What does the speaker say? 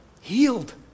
Healed